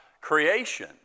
creation